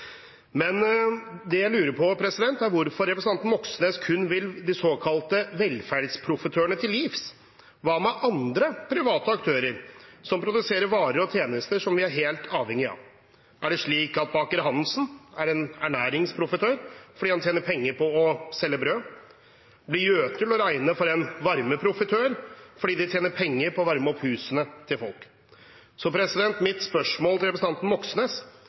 Men det jeg lurer på, er hvorfor representanten Moxnes kun vil de såkalte velferdsprofitørene til livs. Hva med andre private aktører som produserer varer og tjenester som vi er helt avhengig av? Er det slik at Baker Hansen er en ernæringsprofitør fordi han tjener penger på å selge brød? Blir Jøtul å regne som en varmeprofitør fordi de tjener penger på å varme opp husene til folk? Så mitt spørsmål til representanten Moxnes